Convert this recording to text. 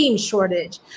shortage